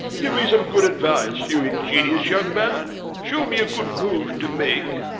give me some good advice, you ingenious young man. show me a good move to make.